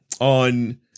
on